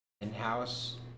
in-house